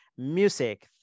music